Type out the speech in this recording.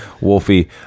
Wolfie